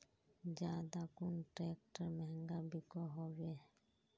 ज्यादा कुन ट्रैक्टर महंगा बिको होबे?